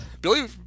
Billy